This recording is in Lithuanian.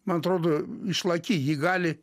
man atrodo išlaki ji gali